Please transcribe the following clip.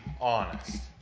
honest